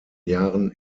jahren